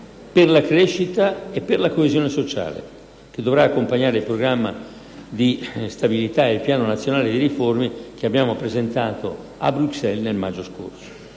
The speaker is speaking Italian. per la crescita e per la coesione sociale, che dovrà accompagnare il Programma di stabilità e il Piano nazionale delle riforme che abbiamo presentato a Bruxelles nel maggio scorso.